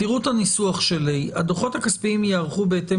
תראו את הניסוח שלי: הדוחות הכספיים יערכו בהתאם